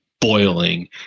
boiling